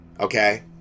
okay